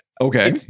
Okay